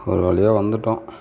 ஒரு வழியாக வந்துட்டோம்